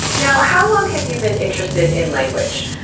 now, how long have you been interested in language?